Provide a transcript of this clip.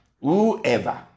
whoever